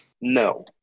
No